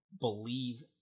believe